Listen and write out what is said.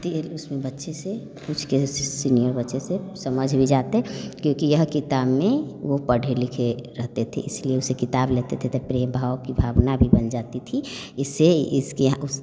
होती है जिसमें बच्चे से पूछ के जैसे सीनियर बच्चे से समझ भी जाते क्योंकि यह किताब में वे पढ़े लिखे रहते थे इसलिए उसे किताब लेते थे तो प्रेम भाव की भावना भी बन जाती थी इससे इसकी